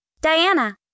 Diana